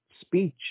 speech